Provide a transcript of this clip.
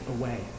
away